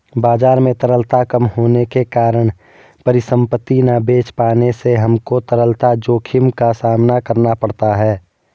बाजार में तरलता कम होने के कारण परिसंपत्ति ना बेच पाने से हमको तरलता जोखिम का सामना करना पड़ता है